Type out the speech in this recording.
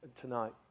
tonight